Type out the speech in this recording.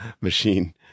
machine